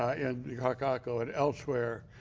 and kakaako and elsewhere,